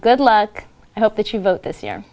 good luck i hope that you vote this year